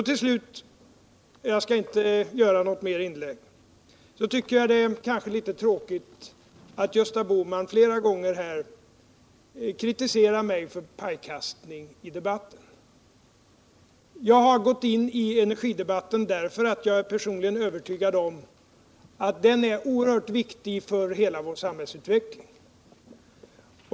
Till sist — jag skall inte göra något ytterligare inlägg — tycker jag att det är litet tråkigt att Gösta Bohman flera gånger kritiserar mig för pajkastning i denna debatt. Jag har gått in i energidebatten därför att jag är personligen övertygad om att den är oerhört viktig för hela vår samhällsutveckling.